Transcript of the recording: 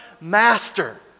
master